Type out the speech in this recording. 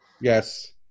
yes